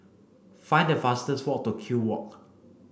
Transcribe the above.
find the fastest way to Kew Walk